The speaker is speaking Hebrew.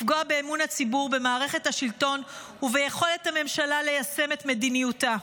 לפגוע באמון הציבור במערכת השלטון וביכולת הממשלה ליישם את מדיניותה.